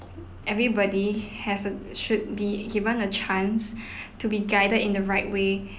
everybody has err should be given a chance to be guided in the right way